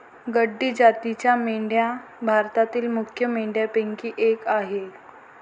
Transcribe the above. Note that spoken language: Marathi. गड्डी जातीच्या मेंढ्या भारतातील मुख्य मेंढ्यांपैकी एक आह